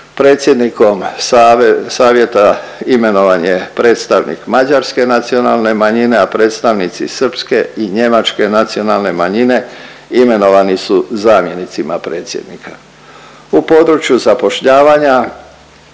Predsjednikom savjeta imenovan je predstavnik mađarske nacionalne manjine, a predstavnici srpske i njemačke nacionalne manjine imenovani su zamjenicima predsjednika. U području zapošljavanja